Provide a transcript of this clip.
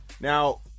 Now